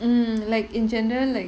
mm like in general like